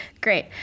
Great